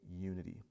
unity